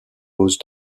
pause